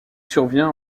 survient